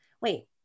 wait